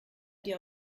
dir